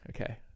okay